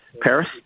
Paris